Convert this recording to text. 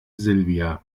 sylvia